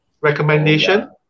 recommendation